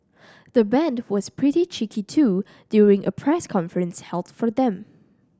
the band was pretty cheeky too during a press conference held for them